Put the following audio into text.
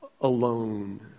alone